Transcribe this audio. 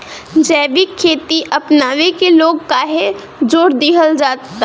जैविक खेती अपनावे के लोग काहे जोड़ दिहल जाता?